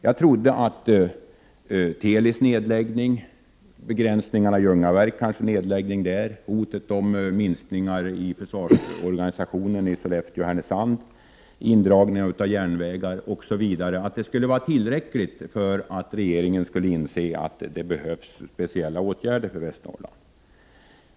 Jag trodde att Telis nedläggning, begränsningar eller kanske nedläggning i Ljungaverk, hot om minskningar i försvarsorganisationen i Skellefteå och Härnösand, indragning av järnvägar osv. skulle vara tillräckligt för att regeringen skulle inse att det behövs speciella åtgärder för Västernorrland.